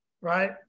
right